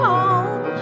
Home